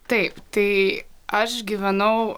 taip tai aš gyvenau